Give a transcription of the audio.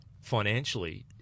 financially